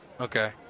Okay